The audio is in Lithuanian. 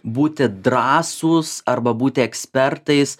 būti drąsūs arba būti ekspertais